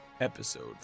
Episode